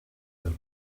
them